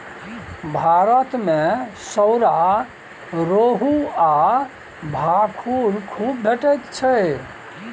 भारत मे सौरा, रोहू आ भाखुड़ खुब भेटैत छै